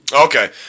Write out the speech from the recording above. Okay